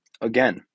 Again